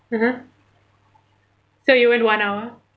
(uh huh) so you went one hour